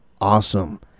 awesome